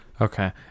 Okay